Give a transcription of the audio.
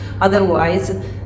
Otherwise